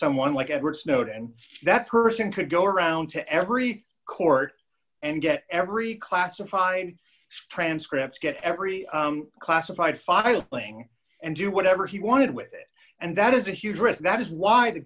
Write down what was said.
someone like edward snowden that person could go around to every court and get every classified transcripts get every classified file playing and do whatever he wanted with it and that is a huge risk that is why the